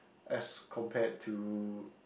as compared to